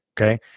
okay